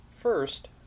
First